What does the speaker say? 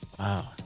Wow